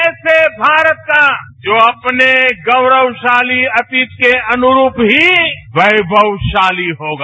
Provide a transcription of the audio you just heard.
ऐसे भारत का जो अपने गौरवशाली अतीत के अुनरूप ही वैभवशाली होगा